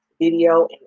video